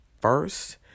first